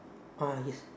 ah yes